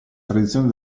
tradizioni